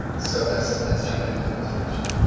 so let's let's jump into the presentation.